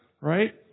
right